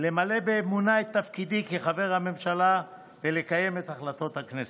למלא באמונה את תפקידי כחבר הממשלה ולקיים את החלטות הכנסת.